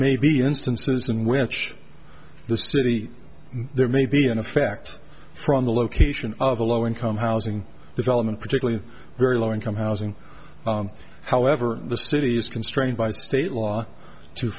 may be instances in which the city there may be in effect from the location of a low income housing development particularly very low income housing however the city is constrained by state law to